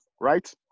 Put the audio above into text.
right